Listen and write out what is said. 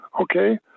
okay